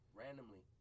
randomly